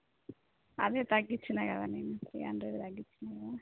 అదే తగ్గిచ్చినాయి కదా నేను త్రీ హండ్రెడ్ తగ్గిచ్చినా కదా